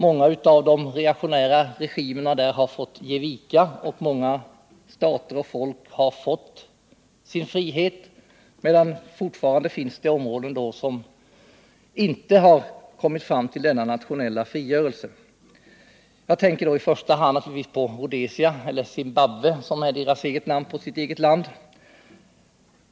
Många av de reaktionära regimerna där har fått ge vika, och många stater och folk har fått sin frihet. Men fortfarande finns det områden där man inte har nått fram till denna nationella frigörelse. Jag tänker i första hand naturligtvis på Rhodesia — eller Zimbabwe, som befolkningen kallar sitt eget land.